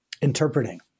interpreting